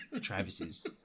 Travis's